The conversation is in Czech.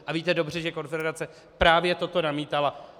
A víte dobře, že konfederace právě toto namítala.